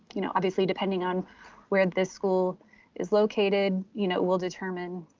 you know, obviously depending on where this school is located, you know, will determine,